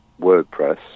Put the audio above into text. wordpress